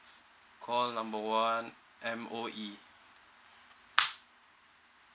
call number one M_O_E